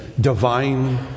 divine